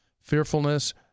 fearfulness